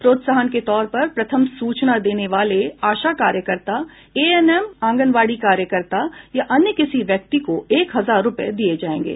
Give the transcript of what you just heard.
प्रोत्साहन के तौर पर प्रथम सूचना देने वाले आशा कार्यकर्ता एएनएम आंगनवाडी कार्यकर्ता या अन्य किसी व्यक्ति को एक हजार रूपये दिये जायेंगे